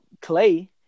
Clay